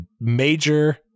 major